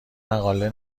مقاله